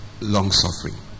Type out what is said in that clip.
long-suffering